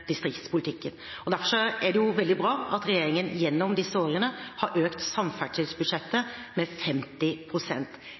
og viktigste distriktspolitikken. Derfor er det veldig bra at regjeringen gjennom disse årene har økt samferdselsbudsjettet